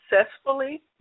successfully